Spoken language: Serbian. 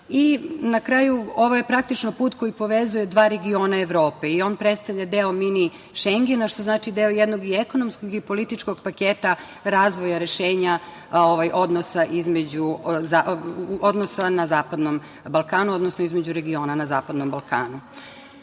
kraju, ovo je praktično put koji povezuje dva regiona Evrope i on predstavlja deo Mini Šengena, što znači da je deo i jednog ekonomskog i političkog paketa razvoja rešenja odnosa na Zapadnom Balkanu, odnosno između regiona na Zapadnom Balkanu. Iako